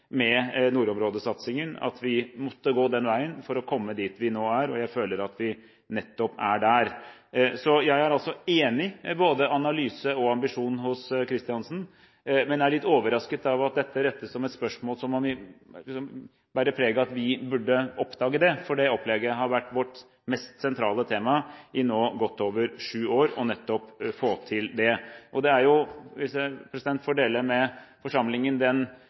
med nordområdesatsingen, at vi måtte gå den veien for å komme dit vi er nå. Jeg føler at vi nettopp er der. Jeg er enig med representanten Kristiansen når det gjelder både analyse og ambisjon, men jeg er litt overrasket over at dette rettes som et spørsmål som bærer preg av at vi burde ha oppdaget det, for det opplegget har vært vårt mest sentrale tema i godt over sju år å få til nettopp dette. Det er – for å dele det med forsamlingen